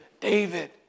David